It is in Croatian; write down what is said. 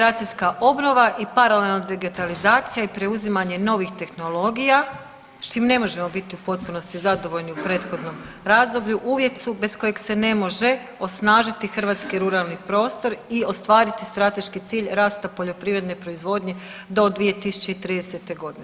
Generacijska obnova i paralelno digitalizacija i preuzimanje novih tehnologija s čim ne možemo biti u potpunosti zadovoljni u prethodnom razdoblju uvjet su bez kojeg se ne može osnažiti hrvatski ruralni prostor i ostvariti strateški cilj rasta poljoprivredne proizvodnje do 2030. godine.